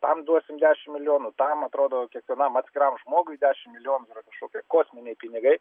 tam duosim dešim milijonų tam atrodo kiekvienam atskiram žmogui dešim milijonų yra kažkokie kosminiai pinigai